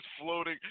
floating